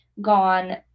gone